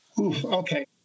Okay